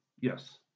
yes